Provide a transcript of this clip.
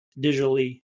digitally